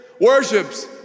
worships